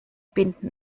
binden